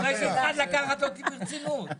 החלטת לקחת אותי ברצינות?